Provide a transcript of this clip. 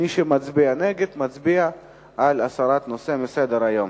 מי שמצביע נגד, מצביע על הסרת הנושא מסדר-היום.